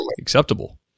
acceptable